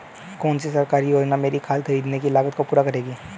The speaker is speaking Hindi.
कौन सी सरकारी योजना मेरी खाद खरीदने की लागत को पूरा करेगी?